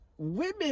women